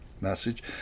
message